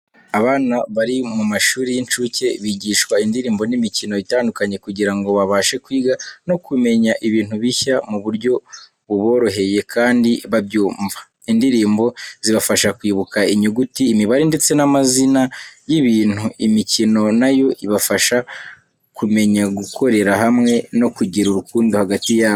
Abana bari mu mashuri y'incuke bigishwa indirimbo n'imikino itandukanye kugira ngo babashe kwiga no kumenya ibintu bishya mu buryo buboroheye kandi babyumva. Indirimbo zibafasha kwibuka inyuguti, imibare ndetse n'amazina y'ibintu. Imikino na yo ibafasha kumenyi gukorera hamwe no kugira urukundo hagati yabo.